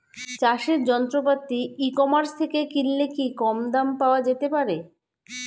চাষের যন্ত্রপাতি e commerce থেকে কিনলে কি দাম কম পাওয়া যেতে পারে?